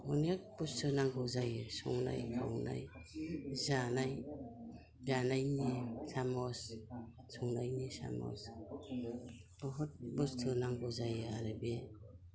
अनेग बुस्थु नांगौ जायो संनाय खावनाय जानाय जानायनि साम'स संनायनि साम'स बहुद बुस्थु नांगौ जायो आरो बे